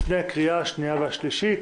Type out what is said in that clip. לפני הקריאה השנייה והשלישית.